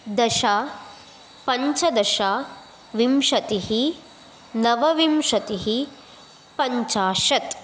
दश पञ्चदश विंशतिः नवविंशतिः पञ्चाशत्